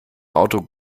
auto